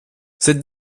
cette